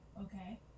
Okay